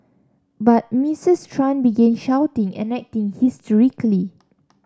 but Mistress Tran began shouting and acting hysterically